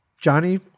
Johnny